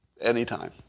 anytime